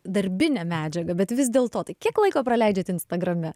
darbinę medžiagą bet vis dėlto tai kiek laiko praleidžiat instagrame